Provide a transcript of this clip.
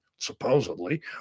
Supposedly